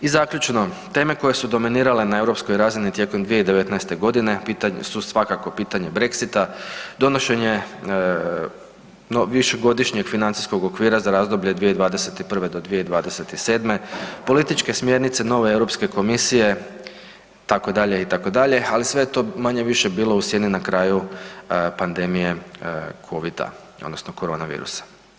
I zaključno, teme koje su dominirale na europskoj razini tijekom 2019. su svakako pitanje Brexita, donošenje višegodišnjeg financijskog okvira za razdoblje 2021. do 2017., političke smjernice nove Europske komisije itd., itd., ali sve je to manje-više bilo u sjeni na kraju pandemije COVIDA odnosno korona virusa.